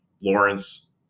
Lawrence